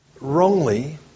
wrongly